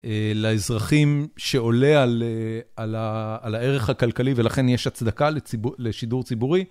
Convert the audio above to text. לאזרחים שעולה על הערך הכלכלי ולכן יש הצדקה לשידור ציבורי.